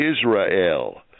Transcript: Israel